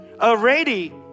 Already